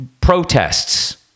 protests